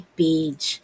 page